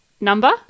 number